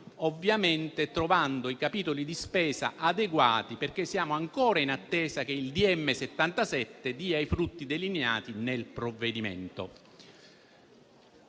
ovviamente trovando i capitoli di spesa adeguati, perché siamo ancora in attesa che il DM n. 77 dia i frutti delineati nel provvedimento.